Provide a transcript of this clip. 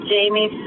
Jamie